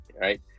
right